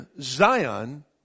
Zion